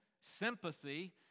sympathy